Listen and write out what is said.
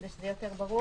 כדי שזה יהיה יותר ברור.